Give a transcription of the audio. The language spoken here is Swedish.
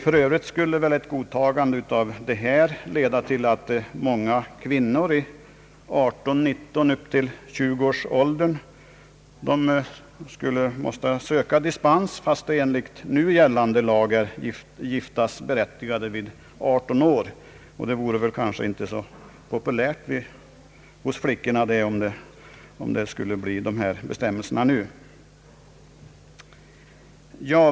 F. ö. skulle väl ett godtagande av detta förslag leda till att många kvinnor i 18—19—20-årsåldern skulle bli tvungna att söka dispens, fastän de enligt nu gällande lag är giftasberättigade vid 18 år. Det vore kanske inte så populärt hos flickorna, om man nu skulle införa dessa bestämmelser.